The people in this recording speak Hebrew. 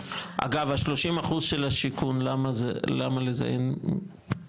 אגב, ה-30 אחוז של השיכון, למה לזה אין ביקוש?